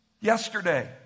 yesterday